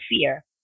fear